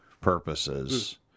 purposes